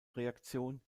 reaktion